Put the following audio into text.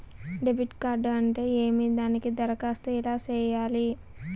debit card అంటే ఏమి దానికి దరఖాస్తు ఎలా సేయాలి